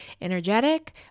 energetic